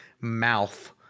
mouth